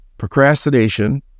procrastination